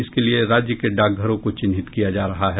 इसके लिए राज्य के डाकघरों को चिन्हित किया जा रहा है